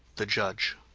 the judge.